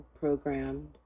programmed